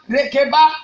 Rekeba